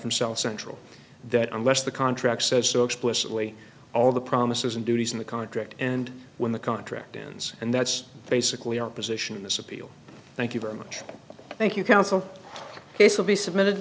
himself central that unless the contract says so explicitly all the promises and duties in the contract and when the contract ends and that's basically our position in this appeal thank you very much thank you counsel case will be submitted